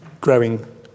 growing